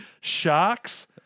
Sharks